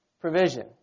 provision